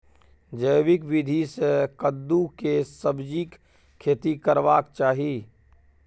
जैविक विधी से कद्दु के सब्जीक खेती करबाक चाही?